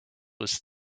was